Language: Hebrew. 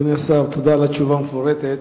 אדוני השר, תודה על התשובה המפורטת.